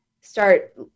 Start